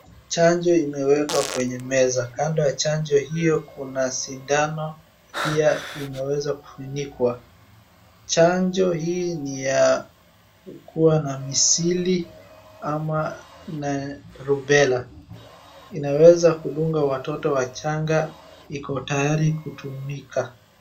Chanjo imewekwa kwenye meza. Kando ya chanjo hiyo kuna sidano pia imeweza kufunikwa. Chanjo hii ni ya ukua na misili ama na rubela. Inaweza kudunga watoto wachanga iko tayari kutumika.